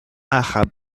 arabe